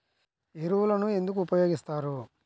ఎరువులను ఎందుకు ఉపయోగిస్తారు?